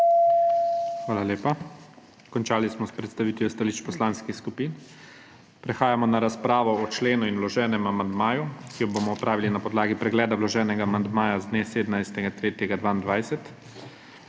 Hvala lepa. Končali smo s predstavitvijo stališč poslanskih skupin. Prehajamo na razpravo o členu in vloženem amandmaju, ki jo bomo opravili na podlagi pregleda vloženega amandmaja z dne 17. 3.